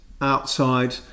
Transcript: outside